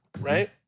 right